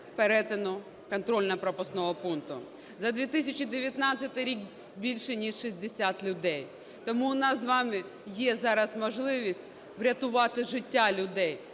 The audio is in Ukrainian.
перетину контрольно-пропускного пункту, за 2019 рік – більше ніж 60 людей. Тому у нас з вами є зараз можливість врятувати життя людей,